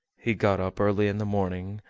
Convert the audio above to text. he got up early in the morning,